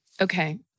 Okay